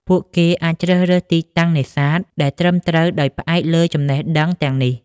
ពួកគេអាចជ្រើសរើសទីតាំងនេសាទដែលត្រឹមត្រូវដោយផ្អែកលើចំណេះដឹងទាំងនេះ។